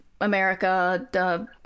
America